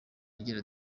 agira